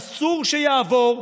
אסור שיעבור,